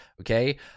okay